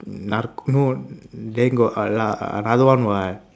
then got ano~ another one what